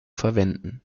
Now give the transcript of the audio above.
verwenden